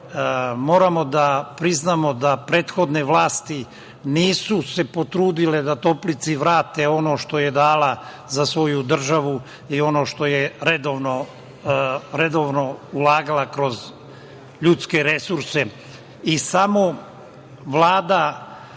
moramo da priznamo da prethodne vlasti nisu se potrudile da Toplici vrate ono što je dana za svoju državu i ono što je redovno ulagala kroz ljudske resurse. Samo Vlada,